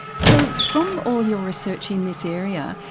so from all your research in this area,